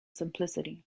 simplicity